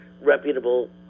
reputable